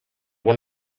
one